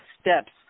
steps